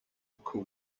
cool